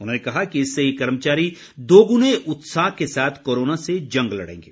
उन्होंने कहा कि इससे ये कर्मचारी दोगुने उत्साह के साथ कोरोना से जंग लड़ेंगे